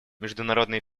международные